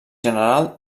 general